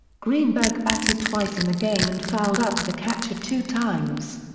greenberg batted twice in the game and fouled out to the catcher two-times.